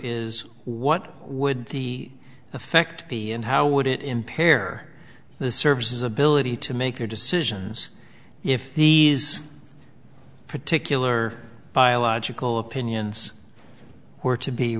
is what would the effect be and how would it impair the services ability to make their decisions if these particular biological opinions were to be